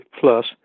plus